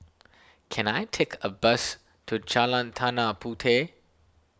can I take a bus to Jalan Tanah Puteh